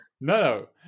No